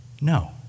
No